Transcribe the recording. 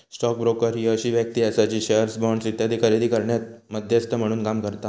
stock broker ही अशी व्यक्ती आसा जी शेअर्स, बॉण्ड्स इत्यादी खरेदी करण्यात मध्यस्थ म्हणून काम करता